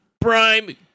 Prime